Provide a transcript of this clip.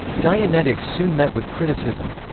dianetics soon met with criticism.